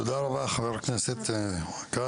תודה רבה, חבר הכנסת כץ.